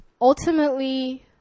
ultimately